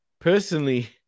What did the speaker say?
personally